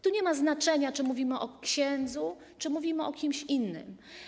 Tu nie ma znaczenia, czy mówimy o księdzu, czy mówimy o kimś innym.